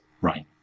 Right